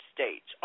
States